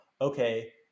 okay